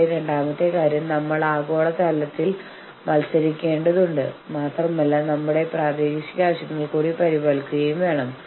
ഇവിടെ രണ്ടാമത്തെ പ്രശ്നം തന്ത്രം ഉപയോഗിച്ച് അധികാരം വിലപേശുക എന്നതാണ്